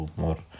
more